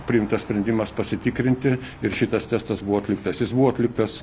priimtas sprendimas pasitikrinti ir šitas testas buvo atliktas jis buvo atliktas